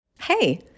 Hey